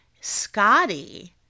Scotty